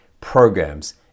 programs